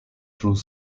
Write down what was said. through